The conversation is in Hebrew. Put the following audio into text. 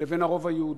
לבין הרוב היהודי.